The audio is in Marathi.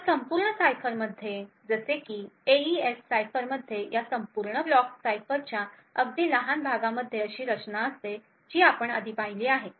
तर संपूर्ण सायफरमध्ये जसे की एईएस सायफरमध्ये या संपूर्ण ब्लॉक सायफरच्या अगदी लहान भागामध्ये अशी रचना असते जी आपण आधी पाहिली आहे